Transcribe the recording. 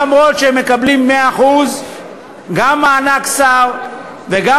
למרות שהם מקבלים 100% גם מענק שר וגם